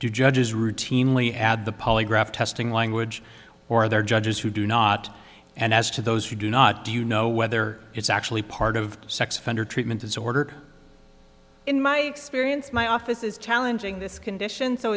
do judges routinely add the polygraph testing language or are there judges who do not and as to those who do not do you know whether it's actually part of sex offender treatment as ordered in my experience my office is challenging this condition so